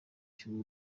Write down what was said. cy’u